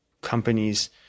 companies